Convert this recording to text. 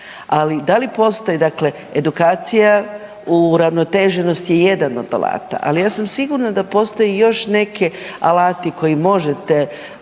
ali da li postoji dakle edukacija? Uravnoteženost je jedan od alata, ali ja sam sigurna da postoje još neki alati koji možete